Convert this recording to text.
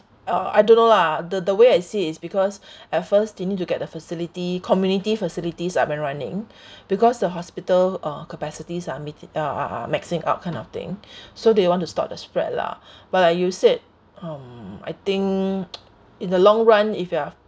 uh I don't know lah the the way I see it's because at first they need to get the facility community facilities up and running because the hospital uh capacities are miti~ are are are maxing out kind of thing so they want to stop the spread lah but like you said um I think in the long run if you have